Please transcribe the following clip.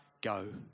go